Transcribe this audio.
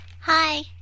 Hi